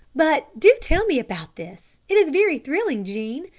but do tell me about this, it is very thrilling, jean,